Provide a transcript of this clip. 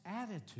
attitude